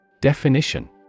Definition